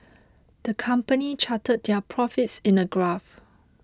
the company charted their profits in a graph